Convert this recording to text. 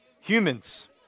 Humans